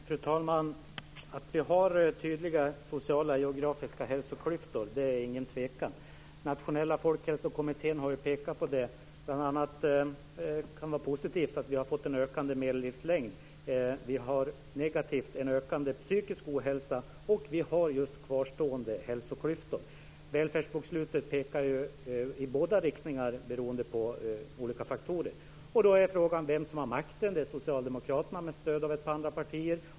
Fru talman! Att vi har tydliga sociala geografiska hälsoklyftor råder det ingen tvekan om. Nationella folkhälsokommittén har pekat på det. Bl.a. kan det vara positivt att vi har fått en ökande medellivslängd. Men det negativa är att vi har en ökande psykisk ohälsa, och vi har kvarstående hälsoklyftor. Välfärdsbokslutet pekar ju i båda riktningarna beroende på olika faktorer. Då är frågan vem som har makten. Det är Socialdemokraterna med stöd av ett par andra partier.